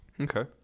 Okay